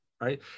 right